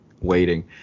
waiting